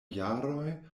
jaroj